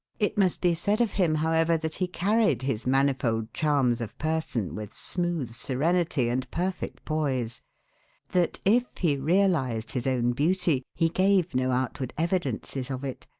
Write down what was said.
it must be said of him, however, that he carried his manifold charms of person with smooth serenity and perfect poise that, if he realized his own beauty, he gave no outward evidences of it.